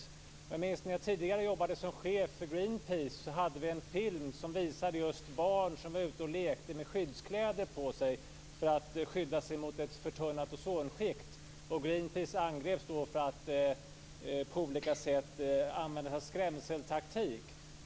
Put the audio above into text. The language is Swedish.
Jag minns att vi, när jag tidigare jobbade som chef för Greenpeace, hade en film som visade just barn som var ute och lekte med skyddskläder på sig för att skydda sig mot ett förtunnat ozonskikt. Greenpeace angreps då för att man på olika sätt använde skrämseltaktik.